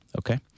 okay